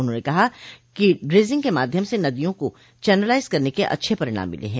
उन्होंने कहा कि ड्रेजिंग के माध्यम से नदियों को चैनलाइज करने के अच्छे परिणाम मिले हैं